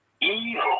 Evil